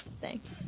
Thanks